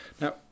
Now